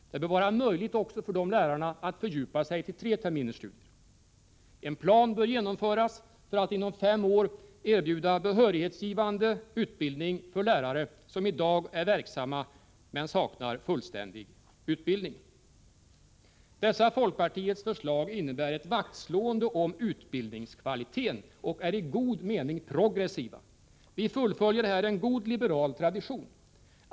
Det bör vara möjligt också för dessa lärare att fördjupa sig till tre terminers studier. En plan bör genomföras för att inom fem år erbjuda behörighetsgivande utbildning för lärare som i dag är verksamma men saknar fullständig utbildning. Dessa folkpartiets förslag innebär ett vaktslående om utbildningskvaliteten och är i god mening progressiva. Vi fullföljer här en god liberal tradition.